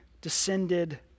descended